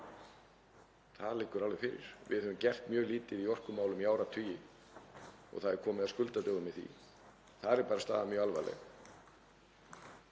Það liggur alveg fyrir. Við höfum gert mjög lítið í orkumálum í áratugi og það er komið að skuldadögum í því. Þar er staðan mjög alvarleg.